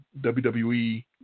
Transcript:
WWE